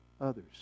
others